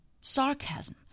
sarcasm